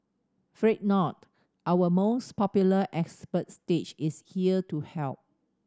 fret not our most popular expert stage is here to help